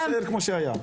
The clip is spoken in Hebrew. אז שיישאר כמו שהיה.